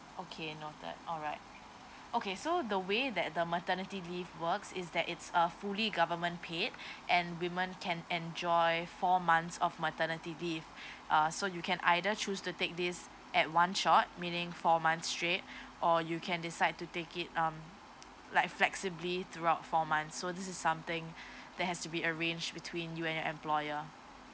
okay noted alright okay so the way that the maternity leave works is that it's uh fully government paid and women can enjoy four months of maternity leave uh so you can either choose to take this at one shot meaning four months straight or you can decide to take it um like flexibly throughout four months so this is something that has to be arrange between you and your employer